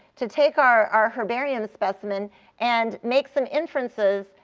to take our our herbarium specimen and make some inferences,